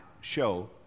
show